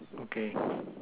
okay